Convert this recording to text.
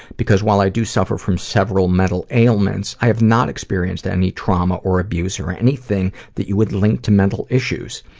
because while i do suffer from several mental ailments, i have not experienced any trauma or abuse or anything that you would link to mental issues.